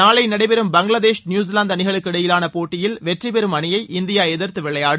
நாளை நடைபெறும் பங்களாதேஷ் நியூசிலாந்து அணிகளுக்கு இடையிலான போட்டியில் வெற்றி பெரும் அணியை இந்தியா எதிர்த்து விளையாடும்